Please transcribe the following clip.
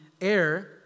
air